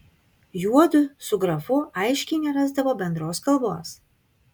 juodu su grafu aiškiai nerasdavo bendros kalbos